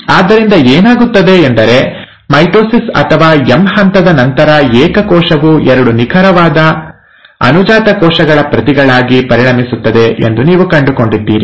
ಆದ್ದರಿಂದ ಏನಾಗುತ್ತದೆ ಎಂದರೆ ಮೈಟೊಸಿಸ್ ಅಥವಾ ಎಂ ಹಂತದ ನಂತರ ಏಕ ಕೋಶವು ಎರಡು ನಿಖರವಾದ ಅನುಜಾತ ಕೋಶಗಳ ಪ್ರತಿಗಳಾಗಿ ಪರಿಣಮಿಸುತ್ತದೆ ಎಂದು ನೀವು ಕಂಡುಕೊಂಡಿದ್ದೀರಿ